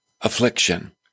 affliction